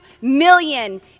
million